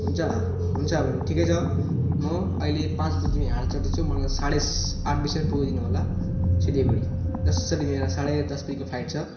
हुन्छ हुन्छ भने ठिकै छ म अहिले पाँच बजे यहाँबाट चढ्दैछु मलाई साढे आठ बिसमा पुगाइदिनुहोला सिलिगुढी जसरी मेरो साढे दस बजेको फ्लाइट छ